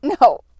No